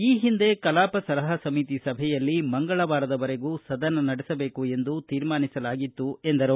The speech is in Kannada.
ಈ ಹಿಂದೆ ಕಲಾಪ ಸಲಹಾ ಸಮಿತಿ ಸಭೆಯಲ್ಲಿ ಮಂಗಳವಾರದವರೆಗೂ ಸದನ ನಡೆಸಬೇಕು ಎಂದು ತೀರ್ಮಾನಿಸಲಾಗಿತ್ತು ಎಂದರು